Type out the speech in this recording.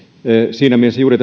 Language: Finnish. siinä mielessä juuri